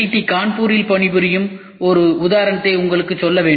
D கான்பூரில் பணிபுரியும் ஒரு உதாரணத்தை உங்களுக்குச் சொல்ல வேண்டும்